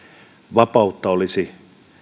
vapautta olisi